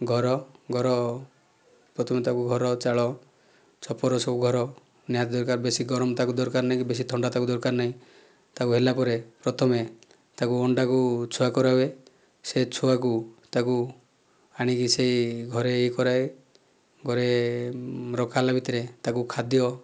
ଘର ଘର ପ୍ରଥମେ ତାକୁ ଘର ଚାଳ ଛପର ସବୁ ଘର ନିହାତି ଦରକାର ବେଶୀ ଗରମ ତାକୁ ଦରକାର ନାହିଁ କି ବେଶୀ ଥଣ୍ଡା ତାକୁ ଦରକାର ନାହି ତାକୁ ହେଲା ପରେ ପ୍ରଥମେ ତାକୁ ଅଣ୍ଡା କୁ ଛୁଆ କରା ହୁଏ ସେ ଛୁଆ କୁ ତାକୁ ଆଣିକି ସେ ଘରେ ୟେ କରା ହୁଏ ଘରେ ରଖା ହେଲା ଭିତରେ ତାକୁ ଖାଦ୍ୟ